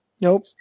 Nope